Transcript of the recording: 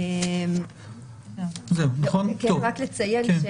רק לציין,